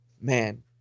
man